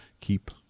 keep